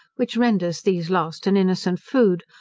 which renders these last an innocent food,